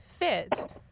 Fit